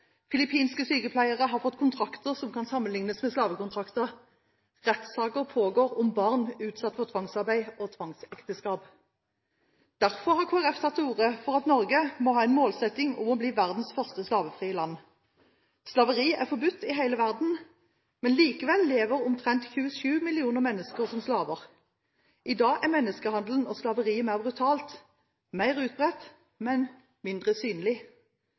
filippinske sykepleiere har fått kontrakter som kan sammenlignes med slavekontrakter, rettssaker pågår om barn utsatt for tvangsarbeid og tvangsekteskap. Derfor har Kristelig Folkeparti tatt til orde for at Norge må ha en målsetting om å bli verdens første slavefrie land. Slaveri er forbudt i hele verden, men likevel lever omtrent 27 millioner mennesker som slaver. I dag er menneskehandelen og slaveriet mer brutalt, mer utbredt, men mindre synlig.